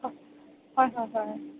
অ হয় হয় হয়